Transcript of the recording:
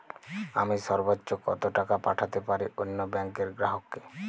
আমি সর্বোচ্চ কতো টাকা পাঠাতে পারি অন্য ব্যাংক র গ্রাহক কে?